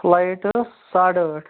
flight ٲس ساڈٕ ٲٹھ